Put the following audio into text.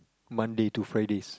Monday to Fridays